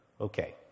Okay